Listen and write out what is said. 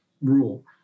rule